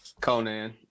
Conan